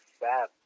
Bad